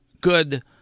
good